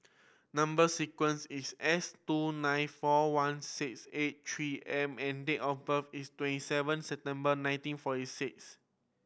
number sequence is S two nine four one six eight Three M and date of birth is twenty seven September nineteen forty six